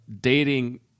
dating